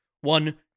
One